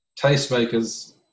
tastemakers